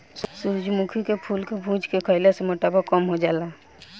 सूरजमुखी के फूल के बीज के भुज के खईला से मोटापा कम हो जाला